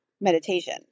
meditation